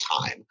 time